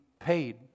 paid